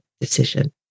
decision